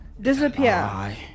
disappear